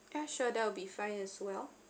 ya sure that will be fine as well